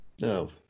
No